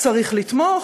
צריך לתמוך.